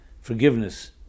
forgiveness